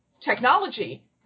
technology